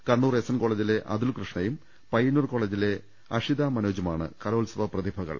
Kannur S N കോളേ ജിലെ അതുൽകൃഷ്ണയും പയ്യന്നൂർ കോളേജിലെ അഷിതമനോജുമാണ് കലോത്സവ പ്രതിഭകൾ